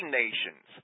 nations